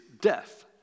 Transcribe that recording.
death